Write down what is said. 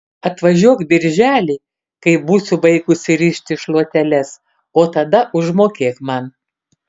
atvažiuok birželį kai būsiu baigusi rišti šluoteles o tada užmokėk man